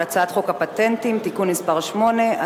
על הצעת חוק הפטנטים (תיקון מס' 8),